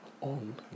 on